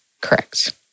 Correct